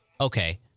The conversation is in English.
okay